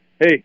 Hey